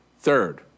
Third